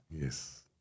yes